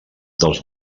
dels